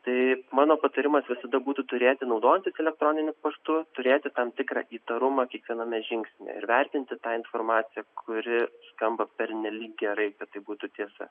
tai mano patarimas visada būtų turėti naudojantis elektroniniu paštu turėti tam tikrą įtarumą kiekviename žingsnyje ir vertinti tą informaciją kuri skamba pernelyg gerai kad tai būtų tiesa